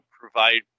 provide